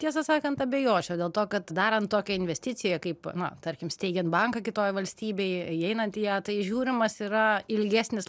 tiesą sakant abejočiau dėl to kad darant tokią investiciją kaip na tarkim steigian banką kitoj valstybėj įeinant į ją tai žiūrimas yra ilgesnis